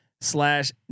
slash